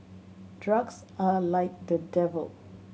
drugs are like the devil